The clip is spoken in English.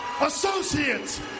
Associates